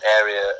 area